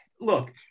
look